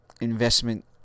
investment